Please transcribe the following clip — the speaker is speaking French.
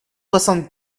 douze